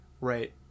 Right